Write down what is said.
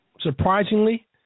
surprisingly